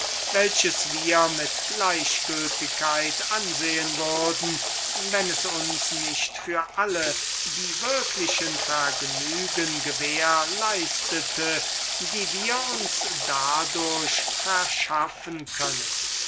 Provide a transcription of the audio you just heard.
welches wir mit gleichgültigkeit ansehen würden wenn es uns nicht für alle die würklichen vergnügen gewähr leistete die wir uns dadurch verschaffen können